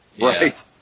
right